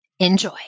Enjoy